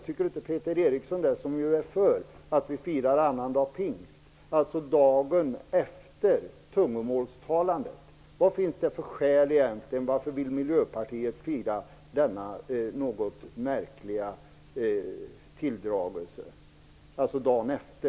Tycker inte Peter Eriksson att det är märkligare att vi firar annandag pingst, dvs. dagen efter tungomålstalandet? Han är ju för detta. Vad finns det egentligen för skäl till det? Varför vill Miljöpartiet fira denna något märkliga tilldragelse?